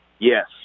Yes